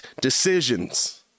decisions